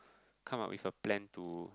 come out with a plan to